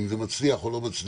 אם זה מצליח או לא מצליח.